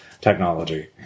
technology